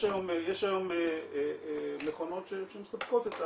יש היום מכונות שמספקות,